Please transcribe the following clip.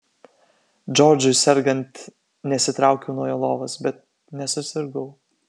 džordžui sergant nesitraukiau nuo jo lovos bet nesusirgau